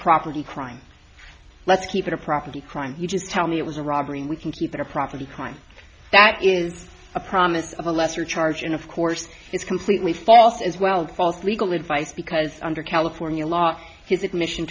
property crime let's keep it a property crime you just tell me it was a robbery and we can keep it a property crime that is a promise of a lesser charge and of course it's completely false as well false legal advice because under california law his admission